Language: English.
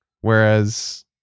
Whereas